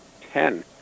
Ten